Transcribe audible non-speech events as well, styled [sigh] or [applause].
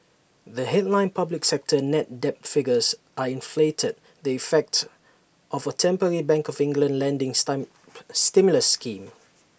the headline public sector net debt figures are inflated the effect of A temporary bank of England lending [unintelligible] stimulus scheme